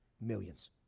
Millions